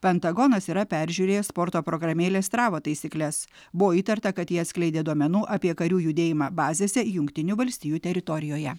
pentagonas yra peržiūrėjęs sporto programėlės strava taisykles buvo įtarta kad ji atskleidė duomenų apie karių judėjimą bazėse jungtinių valstijų teritorijoje